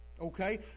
Okay